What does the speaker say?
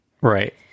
Right